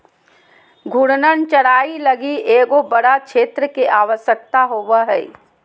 घूर्णन चराई लगी एगो बड़ा क्षेत्र के आवश्यकता होवो हइ